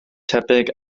tebyg